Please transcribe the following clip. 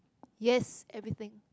yes everything